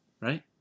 right